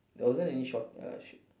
there wasn't any shock uh sh~